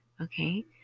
Okay